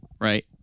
right